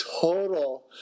total